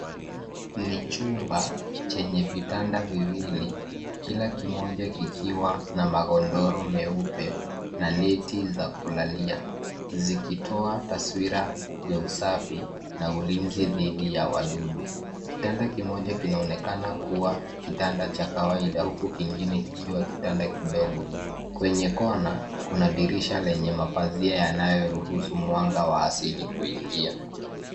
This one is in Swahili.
Ni chumba chenye vitanda viwili kila kimoja kikiwa na magodoro meupe na neti za kulalia. Zikitoa taswira ya usafi na ulinzi dhidi ya wadudu. Kitanda kimoja kinaonekana kuwa kitanda cha kawaida huku kingine kikiwa kitanda kidogo. Kwenye kona , kuna dirisha lenye mapazia yanayoruhusu mwanga wa asili kuingia.